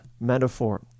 metaphor